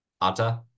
Atta